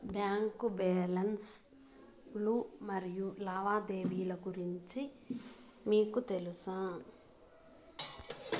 Bank balance లు మరియు లావాదేవీలు గురించి మీకు తెల్సా?